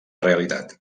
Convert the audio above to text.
realitat